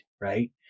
right